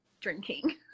drinking